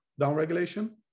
downregulation